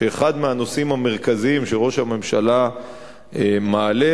שאחד הנושאים המרכזיים שראש הממשלה מעלה,